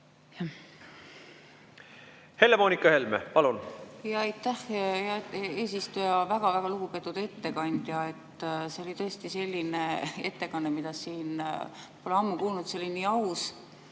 Helle-Moonika Helme, palun!